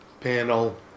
panel